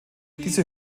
diese